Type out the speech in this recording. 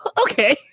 okay